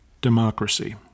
democracy